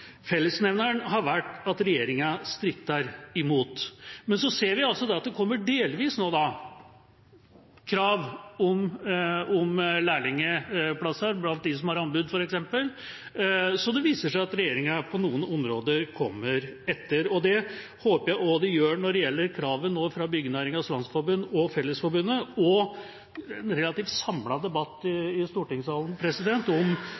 Fellesnevneren har vært at regjeringa stritter imot. Men så ser vi nå at det delvis kommer krav om lærlingplasser, f.eks. blant dem som har anbud. Så det viser seg at regjeringa på noen områder kommer etter. Det håper jeg også de gjør når det gjelder kravet fra Byggenæringens Landsforening og Fellesforbundet, og en relativt samlet debatt i stortingssalen, om